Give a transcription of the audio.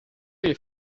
you